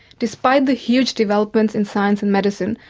despite the huge developments in science and medicine,